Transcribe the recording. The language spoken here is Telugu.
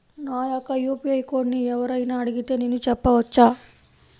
నా యొక్క యూ.పీ.ఐ కోడ్ని ఎవరు అయినా అడిగితే నేను చెప్పవచ్చా?